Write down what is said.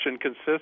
consists